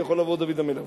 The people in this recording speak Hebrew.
יכול לבוא דוד המלך.